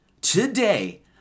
today